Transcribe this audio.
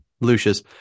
Lucius